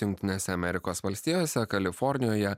jungtinėse amerikos valstijose kalifornijoje